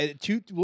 two